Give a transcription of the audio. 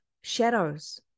shadows